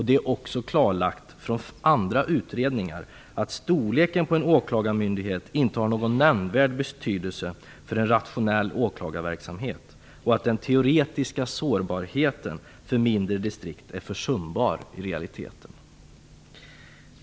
Det är också klarlagt genom andra utredningar att storleken på en åklagarmyndighet inte har någon nämnvärd betydelse för en rationell åklagarverksamhet och att den teoretiska sårbarheten för mindre distrikt i realiteten är försumbar.